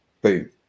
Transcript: boom